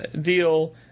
deal